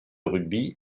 rugby